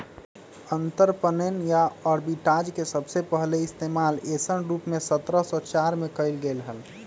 अंतरपणन या आर्बिट्राज के सबसे पहले इश्तेमाल ऐसन रूप में सत्रह सौ चार में कइल गैले हल